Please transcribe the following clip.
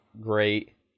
great